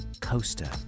coaster